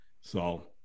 So-